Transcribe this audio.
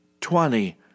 twenty